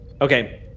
Okay